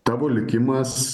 tavo likimas